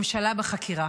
ממשלה בחקירה.